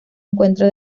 encuentra